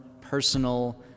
personal